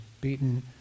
beaten